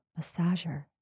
massager